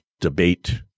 Debate